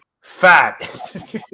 Fat